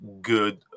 good